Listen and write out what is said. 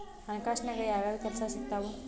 ಹಣಕಾಸಿನ್ಯಾಗ ಯಾವ್ಯಾವ್ ಕೆಲ್ಸ ಸಿಕ್ತಾವ